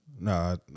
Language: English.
No